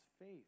faith